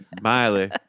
Miley